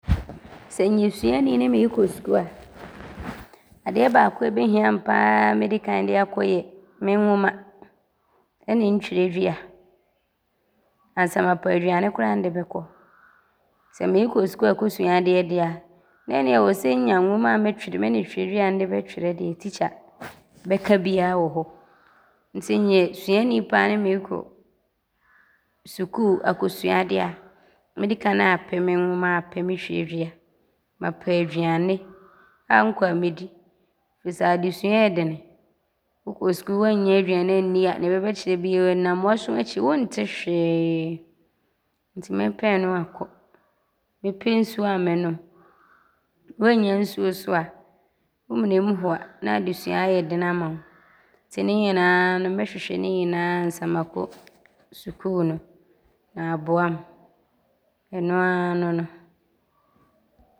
Sɛ nyɛ suani ne meekɔ sukuu a, adeɛ baako a ɔbɛhiam pa ara mɛdi kan de akɔ yɛ me nwoma ɔne ntwerɛdua ansa mafa aduane koraa a nde bɛkɔ. Sɛ meekɔ sukuu aakɔsua adeɛ deɛ a, nneɛ ɔwɔ sɛ nnya nwoma a mɛtwerɛ mu ɔne twerɛdua a nde bɛtwerɛ deɛ tikya bɛka biaa wɔ hɔ. Nti nyɛ suani pa ara ne meekɔ sukuu aakɔsua adeɛ a, mɛdi kan aapɛ me nwoma aapɛ ntwerɛdua. Mapɛ aduane a nkɔ a mɛdi firi sɛ adesua ɔɔdene. Wokɔ sukuu ,woannya aduane a wobɛdi a, deɛ bɛbɛkyerɛ biaa, ɔnam w’aso akyi. Wɔnte hwee nti mɛpɛ ɔno agu hɔ. Mɛpɛ nsuo a mɛnom. Woannya nsuo so a, wo menem ho a ne adesua ayɛ dene ama wo. Nti ne nyinaa no, mɛhwehwɛ ne nyinaa ansa makɔ sukuu no ne aboam. Ɔnoaa ne no.